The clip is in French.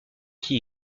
qui